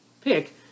pick